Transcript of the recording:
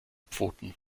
pfoten